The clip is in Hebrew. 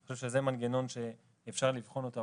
אני חושב שזה מנגנון שאפשר לבחון אותו,